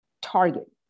target